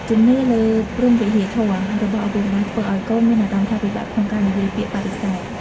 ជំនឿលើ "ព្រហ្មវិហារធម៌" របស់ឪពុកម្តាយ ធ្វើឱ្យកូនមានអារម្មណ៍ថាពិបាកក្នុងការនិយាយពាក្យបដិសេធ។